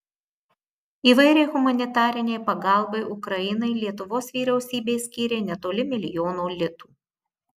įvairiai humanitarinei pagalbai ukrainai lietuvos vyriausybė skyrė netoli milijono litų